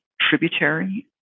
tributary